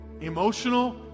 emotional